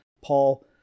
Paul